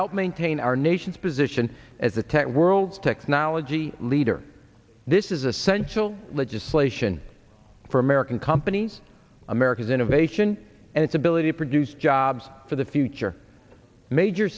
help maintain our nation's position as the tech world's technology leader this is essential legislation for american companies america's innovation and its ability to produce jobs for the future major